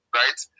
right